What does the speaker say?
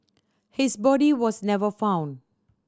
his body was never found